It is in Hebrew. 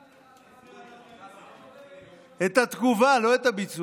היה לכם, את התגובה, לא את הביצוע.